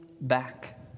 back